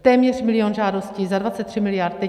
Téměř milion žádostí za 23 miliard.